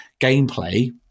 Gameplay